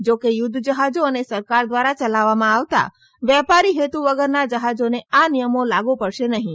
જોકે યુદ્ધ જહાજો અને સરકાર દ્વારા ચલાવવામાં આવતા વેપારી હેતુ વગરના જહાજોને આ નિયમો લાગુ પડશે નહીં